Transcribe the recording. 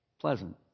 Pleasant